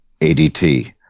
adt